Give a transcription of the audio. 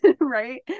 Right